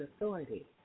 authority